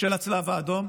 של הצלב האדום,